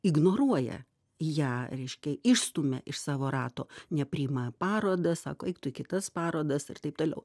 ignoruoja ją reiškiai išstumia iš savo rato nepriima parodas sako eik tu į kitas parodas ir taip toliau